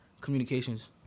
Communications